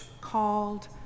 called